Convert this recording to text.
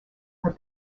are